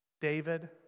David